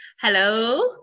hello